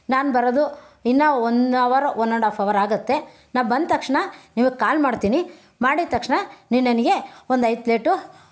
ನಾನು ಬರೋದು ಇನ್ನೂ ಒನ್ ಅವರ್ರೋ ಒನ್ ಆ್ಯಂಡ್ ಹಾಫ್ ಅವರ್ ಆಗತ್ತೆ ನಾನು ಬಂದ ತಕ್ಷಣ ನಿಮಗೆ ಕಾಲ್ ಮಾಡ್ತೀನಿ ಮಾಡಿದ ತಕ್ಷಣ ನೀವು ನನಗೆ ಒಂದೈದು ಪ್ಲೇಟು